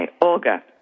Olga